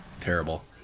terrible